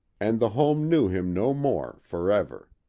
and the home knew him no more forever.